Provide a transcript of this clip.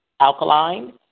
alkaline